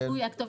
בדיוק,